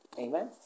Amen